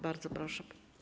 Bardzo proszę.